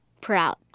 Proud